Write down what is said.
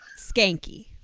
skanky